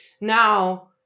Now